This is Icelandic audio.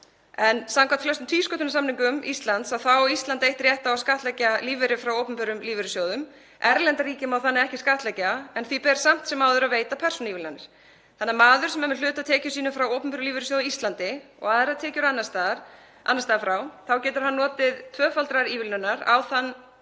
En samkvæmt flestum tvísköttunarsamningum Íslands þá á Ísland eitt rétt á að skattleggja lífeyri frá opinberum lífeyrissjóðum. Erlenda ríkið má ekki skattleggja en því ber samt sem áður að veita persónuívilnanir þannig að maður sem er með hluta af tekjum sínum frá opinberum lífeyrissjóði á Íslandi og aðrar tekjur annars staðar frá getur notið tvöfaldrar ívilnunar á við